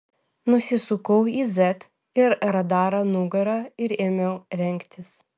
nusisukau į z ir radarą nugara ir ėmiau rengtis